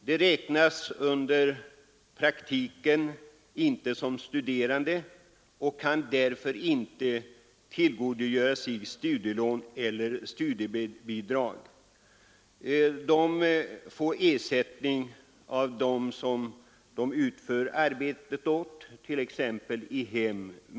De räknas under praktiken inte som studerande och kan därför inte tillgodogöra sig studielån eller studiebidrag. De får ersättning av den som de utför arbetet åt, t.ex. i hem.